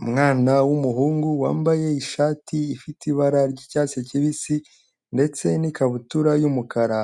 Umwana w'umuhungu wambaye ishati ifite ibara ry'icyatsi kibisi ndetse n'ikabutura y'umukara.